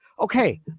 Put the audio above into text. okay